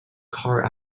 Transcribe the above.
car